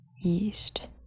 yeast